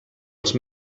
els